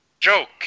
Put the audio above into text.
Joke